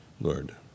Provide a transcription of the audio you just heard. Lord